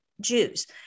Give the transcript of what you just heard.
Jews